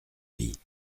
lit